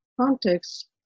context